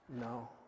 No